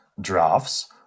drafts